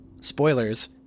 Spoilers